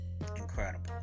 incredible